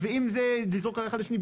אם אתם זורקים אחד על השני,